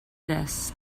this